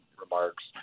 remarks